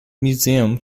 museum